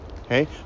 okay